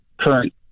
current